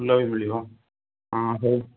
ଫୁଲ ବି ମିଳିବ ହଁ ହେଇ